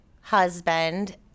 husband